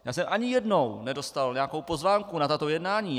Já jsem ani jednou nedostal nějakou pozvánku na tato jednání.